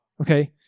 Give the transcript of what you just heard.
Okay